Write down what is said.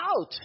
Out